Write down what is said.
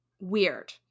Weird